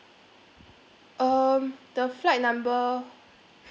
um the flight number